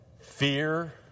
fear